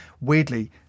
Weirdly